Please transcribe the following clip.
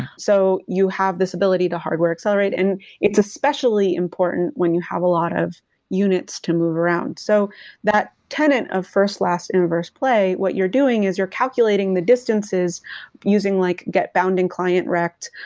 so you have this ability to hardware accelerate and it's especially important when you have a lot of units to move around so that tenant of first, last, inverse, play, what you're doing is you're calculating the distances using like get bounding client wrecked.